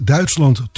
Duitsland